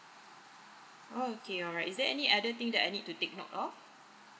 oh okay alright is there any other thing that I need to take note of